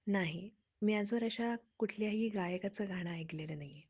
नाही मी आजवर अशा कुठल्याही गायकाचं गाणं ऐकलेलं नाही आहे